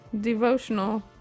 devotional